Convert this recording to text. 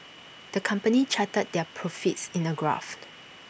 the company charted their profits in A graphed